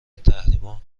تحریما